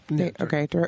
okay